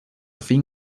fin